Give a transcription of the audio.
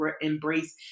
embrace